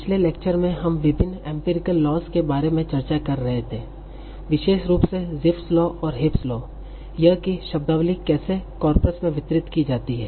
पिछले लेक्चर में हम विभिन्न एम्पिरिकल लॉज के बारे में चर्चा कर रहे थे विशेष रूप से जिपफ लॉ और हीप लॉ यह कि शब्दावली कैसे कार्पस में वितरित की जाती है